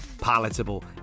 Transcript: palatable